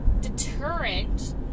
deterrent